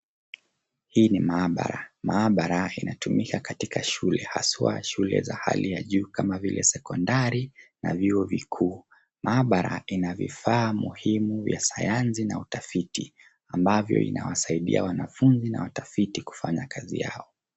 Hii ni maabara. Maabara inatumika katika shule, haswa shule za hali ya juu kama vile sekondari na vyuo vikuu. Maabara ina vifaa muhimu ya sayansi na utafiti ambavyo inawasaidia wanafunzi na watafiti kufanya kazi yao.